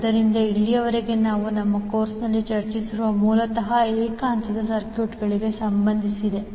ಆದ್ದರಿಂದ ಇಲ್ಲಿಯವರೆಗೆ ನಾವು ನಮ್ಮ ಕೋರ್ಸ್ನಲ್ಲಿ ಚರ್ಚಿಸಿರುವುದು ಮೂಲತಃ ಏಕ ಹಂತದ ಸರ್ಕ್ಯೂಟ್ಗಳಿಗೆ ಸಂಬಂಧಿಸಿದೆ